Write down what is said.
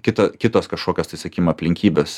kita kitos kažkokios tai sakykim aplinkybės